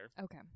Okay